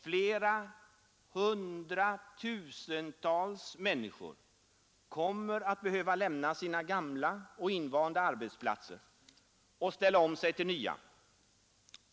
Flera hundratusentals människor kommer att behöva lämna sina gamla och invanda arbetsplatser och ställa om sig till nya.